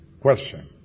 question